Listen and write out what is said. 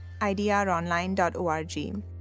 idronline.org